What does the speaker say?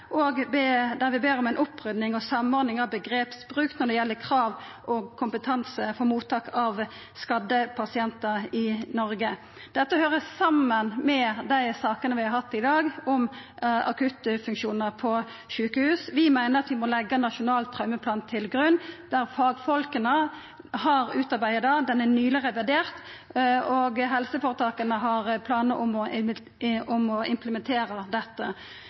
vi ber om ei opprydding og samordning av omgrepsbruk når det gjeld krav og kompetanse for mottak av skadde pasientar i Noreg. Dette høyrer saman med dei sakene vi har hatt i dag, om akuttfunksjonar på sjukehus. Vi meiner at vi må leggja nasjonal traumeplan til grunn. Fagfolk har utarbeidd planen, han er nyleg revidert, og helseføretaka har planar om å implementera dette.